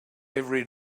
every